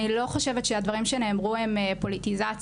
אני לא חושבת שהדברים שנאמרו הם פוליטיזציה.